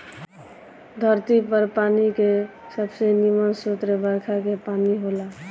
धरती पर पानी के सबसे निमन स्रोत बरखा के पानी होला